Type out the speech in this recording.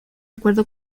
acuerdo